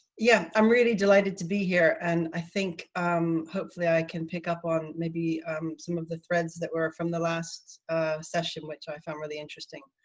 yeah, i'm really delighted to be here an i think hopefully i can pick up on maybe some of the threads that were from the last session, which i found really interesting.